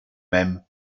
même